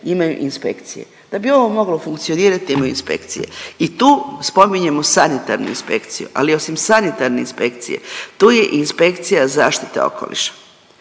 imaju inspekcije. Da bi ovo moglo funkcionirati imamo inspekcije i tu spominjemo Sanitarnu inspekciju, ali osim Sanitarne inspekcije tu je i Inspekcija zaštite okoliša,